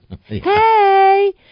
Hey